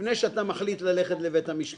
זה הסעיף שאנחנו מדברים עליו.